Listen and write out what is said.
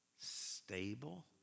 stable